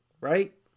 right